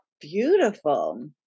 beautiful